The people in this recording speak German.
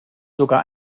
sogar